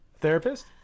Therapist